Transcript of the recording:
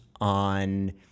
on